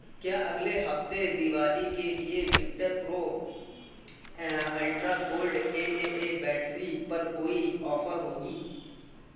کیا اگلے ہفتے دیوالی کے لیے Victor pro ultra gold A A A battery پر کوئی آفر ہوگی